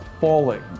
falling